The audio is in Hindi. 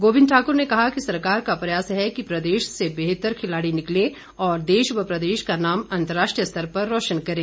गोविंद ठाकुर ने कहा कि सरकार का प्रयास है कि प्रदेश से बेहतर खिलाड़ी निकलें और देश व प्रदेश का नाम अंतर्राष्ट्रीय स्तर पर रौशन करें